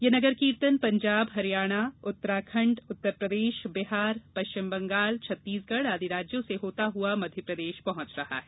यह नगर कीर्तन पंजाब हरियाणा उत्तराखंड उत्तरप्रदेश बिहार पश्चिम बंगाल छत्तीसगढ़ आदि राज्यों से होता हुआ मध्यप्रदेश पहुंच रहा है